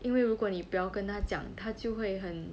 因为如果你不要跟她讲她就会很